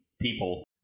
people